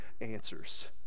answers